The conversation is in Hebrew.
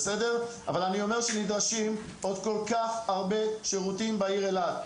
אבל אני אומר שנדרשים עוד כל כך הרבה שירותים בעיר אילת.